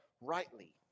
rightly